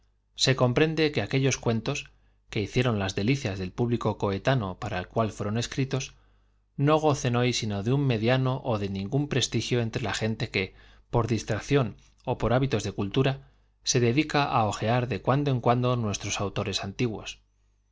antepasados comprende que aquellos cuentos que se hicieron las delicias del público coetáneo para el cual fueron escritos no gocen hoy sino de un mediano ó de ningún prestigio entre la gente que por distracción o por hábitos de cultura se dedica á hojear de cuando en cuando nuestros aulores antiguos